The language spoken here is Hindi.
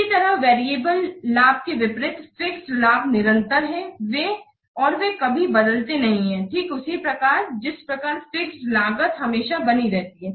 इसी तरह वेरिएबल लाभ के विपरीत फिक्स्ड लाभ निरंतर हैं और वे कभी बदलते नहीं हैं ठीक उसी प्रकार जिस प्रकार फिक्स्ड लागत हमेशा बनी रहती है